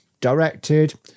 directed